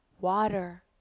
water